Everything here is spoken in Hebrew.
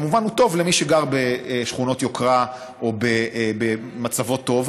כמובן שהוא טוב למי שגר בשכונות יוקרה או שמצבו טוב,